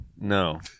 no